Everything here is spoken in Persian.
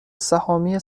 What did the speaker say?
سهامی